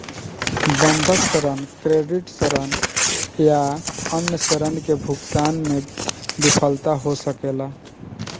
बंधक ऋण, क्रेडिट ऋण या अन्य ऋण के भुगतान में विफलता हो सकेला